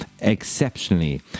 exceptionally